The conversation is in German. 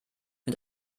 mit